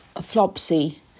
Flopsy